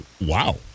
wow